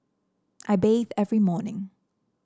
I bathe every morning